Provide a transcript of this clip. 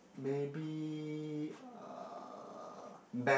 maybe uh band